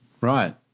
Right